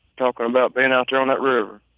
talking about being out there on that river.